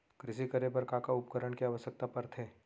कृषि करे बर का का उपकरण के आवश्यकता परथे?